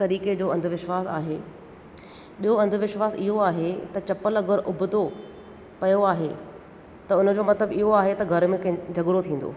तरीक़े जो अंधुविश्वासु आहे ॿियो अंधुविश्वासु इहो आहे त चंपलु अगरि उभितो पयो आहे त उन जो मतिलबु इहो आहे त घर में कंहिं झगड़ो थींदो